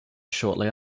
shortly